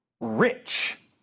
Rich